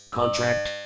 contract